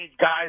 guys